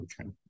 okay